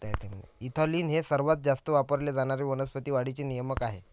ethylene हे सर्वात जास्त वापरले जाणारे वनस्पती वाढीचे नियामक आहे